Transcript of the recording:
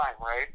right